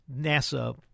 NASA